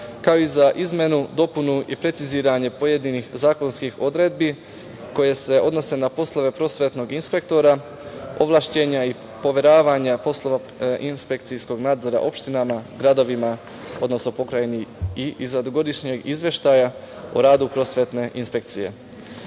kao i za izmenu, dopunu i preciziranje pojedinih zakonskih odredbi koje se odnose na poslove prosvetnog inspektora, ovlašćenja i poveravanja poslova inspekcijskog nadzora u opštinama, gradovima, odnosno Pokrajini i izradu godišnjeg izveštaja o radu prosvetne inspekcije.